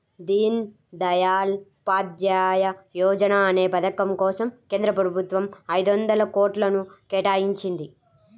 దీన్ దయాళ్ ఉపాధ్యాయ యోజనా అనే పథకం కోసం కేంద్ర ప్రభుత్వం ఐదొందల కోట్లను కేటాయించింది